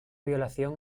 violación